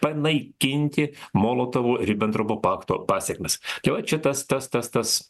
panaikinti molotovo ribentropo pakto pasekmes tai vat čia tas tas tas